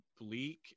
bleak